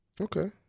Okay